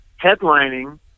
headlining